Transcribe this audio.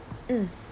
mm